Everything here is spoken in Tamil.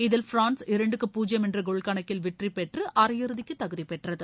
இதில் பிரான்ஸ் இரண்டுக்கு பூஜ்யம் என்ற கோல் கணக்கில் வெற்றி பெற்று அரையிறுதிக்கு தகுதி பெற்றது